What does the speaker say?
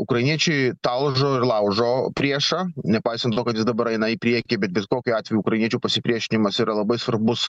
ukrainiečiai talžo ir laužo priešą nepaisant to kad jis dabar eina į priekį bet bet kokiu atveju ukrainiečių pasipriešinimas yra labai svarbus